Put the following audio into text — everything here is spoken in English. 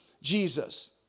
Jesus